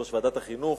יושב-ראש ועדת החינוך.